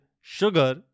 sugar